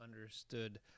understood